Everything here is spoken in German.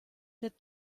der